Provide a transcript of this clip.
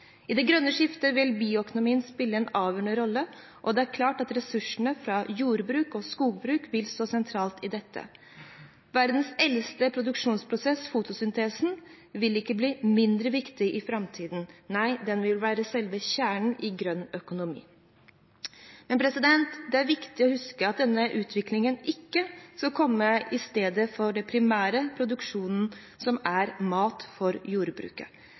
I det grønne skiftet vil bioøkonomien spille en avgjørende rolle, og det er klart at ressursene fra jordbruk og skogbruk vil stå sentralt i dette. Verdens eldste produksjonsprosess, fotosyntesen, vil ikke bli mindre viktig i framtiden – nei, den vil være selve kjernen i grønn økonomi. Men det er viktig å huske at denne utviklingen ikke skal komme i stedet for den primære produksjonen i jordbruket, som er mat.